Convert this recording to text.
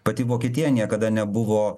pati vokietija niekada nebuvo